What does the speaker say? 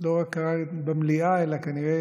לא רק במליאה אלא כנראה